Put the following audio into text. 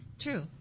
True